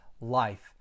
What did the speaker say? life